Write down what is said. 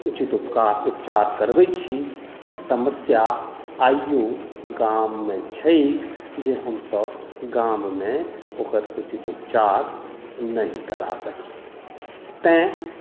उचित उपकार उपचार करबैत छी ई समस्या आइयो गाममे छैक जे हमसभ गाममे ओकर उचित उपचार नहि करा सकी तैँ